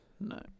No